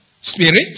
spirit